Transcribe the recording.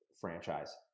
franchise